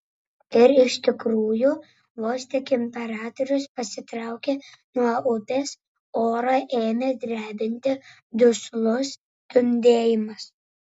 ir iš tikrųjų vos tik imperatorius pasitraukė nuo upės orą ėmė drebinti duslus dundėjimas